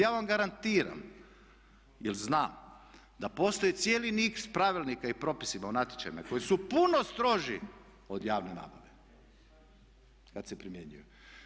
Ja vam garantiram, jer znam da postoji cijeli niz pravilnika i propisima o natječajima koji su puno stroži od javne nabave kad se primjenjuju.